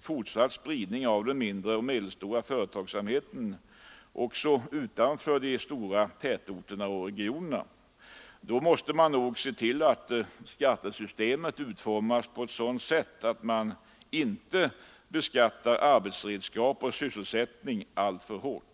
fortsatt spridning av den mindre och medelstora företagsamheten också utanför de stora tätorterna och regionerna, måste man se till att skattesystemet utformas på ett sådant sätt att man inte beskattar arbetsredskap och sysselsättning alltför hårt.